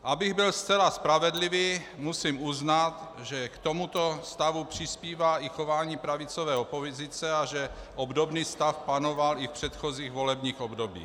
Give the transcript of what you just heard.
Abych byl zcela spravedlivý, musím uznat, že k tomuto stavu přispívá i chování pravicové opozice a že obdobný stav panoval i v předchozích volebních obdobích.